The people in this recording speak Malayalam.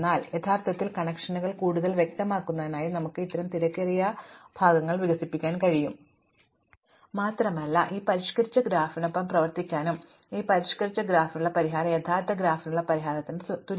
എന്നാൽ അർത്ഥത്തിൽ കണക്ഷനുകൾ കൂടുതൽ വ്യക്തമാക്കുന്നതിനായി ഞങ്ങൾക്ക് ഇത്തരം തിരക്കേറിയ ഭാഗങ്ങൾ വികസിപ്പിക്കാൻ കഴിയും മാത്രമല്ല ഈ പരിഷ്ക്കരിച്ച ഗ്രാഫിനൊപ്പം പ്രവർത്തിക്കാനും ഈ പരിഷ്ക്കരിച്ച ഗ്രാഫിനുള്ള പരിഹാരം യഥാർത്ഥ ഗ്രാഫിനുള്ള പരിഹാരത്തിന് തുല്യമാണ് പ്രശ്നം മാറ്റം